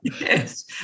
Yes